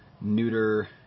Neuter